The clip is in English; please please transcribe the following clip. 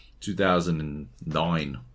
2009